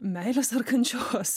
meilės ar kančios